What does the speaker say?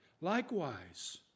Likewise